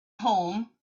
home